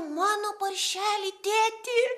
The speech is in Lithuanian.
mano paršelį tėti